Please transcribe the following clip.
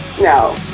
No